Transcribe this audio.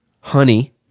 honey